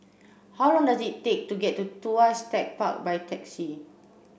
how long does it take to get to Tuas Tech Park by taxi